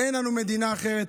אין לנו מדינה אחרת,